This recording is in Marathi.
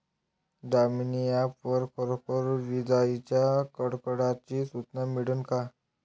दामीनी ॲप वर खरोखर विजाइच्या कडकडाटाची सूचना मिळन का?